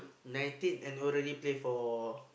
nineteen and already play for